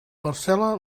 parcel·la